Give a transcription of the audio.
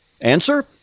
Answer